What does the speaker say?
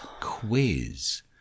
quiz